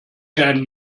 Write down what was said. keinen